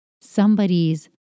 somebody's